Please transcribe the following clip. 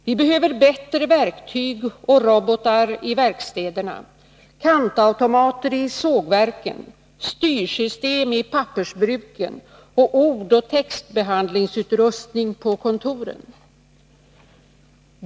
Vi behöver bättre verktyg och robotar i verkstäderna, kantautomater i sågverken, styrsystem i pappersbruken och ordoch textbehandlingsutrustning på kontoren.